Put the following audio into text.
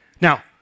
Now